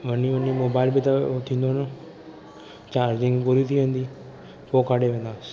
वञी वञी मोबाइल बि त थींदो न चार्जिंग पूरी थी वेंदी पोइ काॾहें वेंदासीं